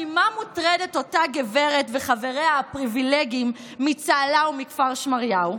ממה מוטרדת אותה גברת וחבריה הפריבילגיים מצהלה ומכפר שמריהו,